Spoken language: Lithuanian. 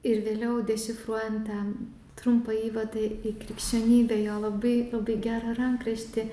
ir vėliau dešifruojant ten trumpą įvadą į krikščionybę jo labai labai gerą rankraštį